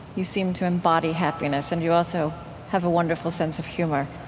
you seem to embody happiness and you also have a wonderful sense of humor.